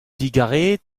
digarezit